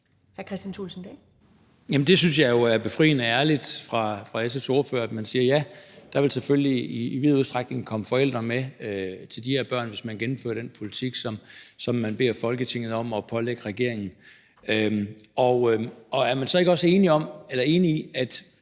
det synes jeg jo er befriende ærligt fra SF's ordfører, altså at man siger: Ja, der vil selvfølgelig i vid udstrækning komme forældre med de her børn, hvis man gennemfører den politik, som man beder Folketinget om at pålægge regeringen. Er man så ikke også enig i, at